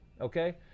okay